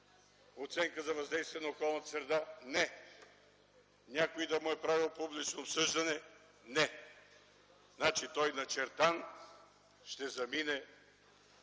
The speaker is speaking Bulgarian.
оценка за въздействие на околната среда? Не. Някой да му е правил публично обсъждане? Не. Значи, той ще замине